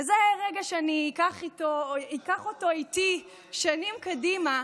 וזה רגע שאני אקח אותו איתי שנים קדימה,